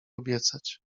obiecać